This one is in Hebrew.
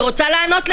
אני רוצה לענות לך.